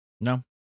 No